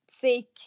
seek